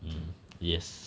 um yes